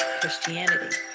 christianity